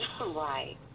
Right